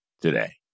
today